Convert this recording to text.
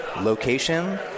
location